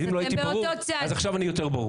ואם לא הייתי ברור, אז עכשיו אני יותר ברור.